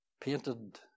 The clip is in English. Painted